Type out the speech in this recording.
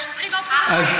אנחנו רוצים לעגן את זה בחוק.